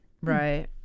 right